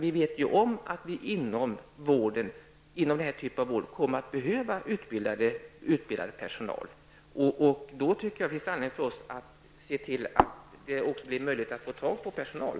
Vi vet ju att vi inom denna typ av vård kommer att behöva utbildad personal. Jag tycker därför att det finns anledning för oss att se till att det också blir möjligt att få tag på personal.